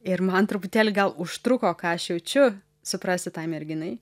ir man truputėlį gal užtruko ką aš jaučiu suprasti tai merginai